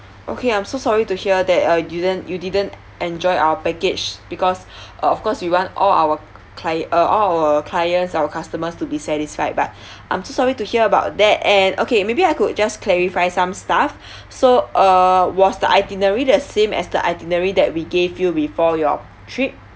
okay I'm so sorry to hear that uh didn't you didn't enjoy our package because uh of course we want all our clie~ uh all our clients our customers to be satisfied but I'm so sorry to hear about that and okay maybe I could just clarify some stuff so uh was the itinerary the same as the itinerary that we gave you before your trip